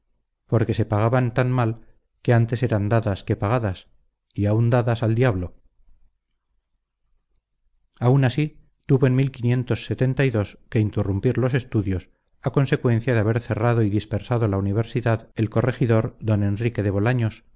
porque se pagaban tan mal que antes eran dadas que pagadas y aun dadas al diablo aun así tuvo en que interrumpir los estudios a consecuencia de haber cerrado y dispersado la universidad el corregidor don enrique de bolaños